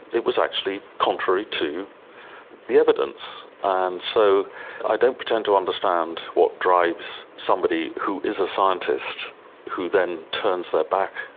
it was actually contrary to the evidence. and so i don't pretend to understand what drives somebody who is a scientist who then turns their back,